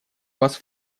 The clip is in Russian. вас